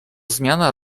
zmiana